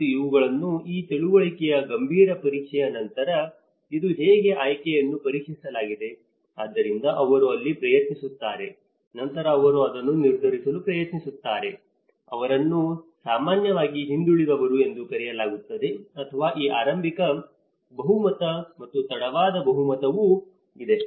ಮತ್ತು ಇವುಗಳನ್ನು ಈ ತಿಳುವಳಿಕೆಯ ಗಂಭೀರ ಪರೀಕ್ಷೆಯ ನಂತರ ಇದು ಹೇಗೆ ಆಯ್ಕೆಯನ್ನು ಪರೀಕ್ಷಿಸಲಾಗಿದೆ ಆದ್ದರಿಂದ ಅವರು ಅಲ್ಲಿ ಪ್ರಯತ್ನಿಸುತ್ತಾರೆ ನಂತರ ಅವರು ಅದನ್ನು ನಿರ್ಧರಿಸಲು ಪ್ರಯತ್ನಿಸುತ್ತಾರೆ ಅವರನ್ನು ಸಾಮಾನ್ಯವಾಗಿ ಹಿಂದುಳಿದವರು ಎಂದು ಕರೆಯಲಾಗುತ್ತದೆ ಅಥವಾ ಈ ಆರಂಭಿಕ ಬಹುಮತ ಮತ್ತು ತಡವಾದ ಬಹುಮತವೂ ಇದೆ